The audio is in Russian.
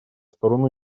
сторону